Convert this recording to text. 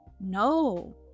no